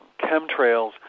chemtrails